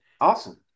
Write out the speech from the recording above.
Awesome